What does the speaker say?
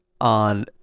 on